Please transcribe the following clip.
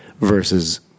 versus